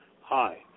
Hi